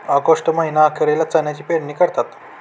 August महीना अखेरीला चण्याची पेरणी करतात